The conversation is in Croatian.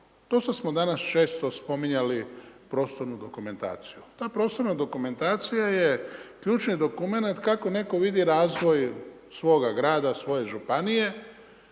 Dosta smo danas, često spominjali prostornu dokumentaciju. Ta prostorna dokumentacija je ključni dokument, kako netko vidi razvoj svoga g rada, svoje županije